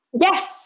Yes